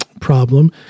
problem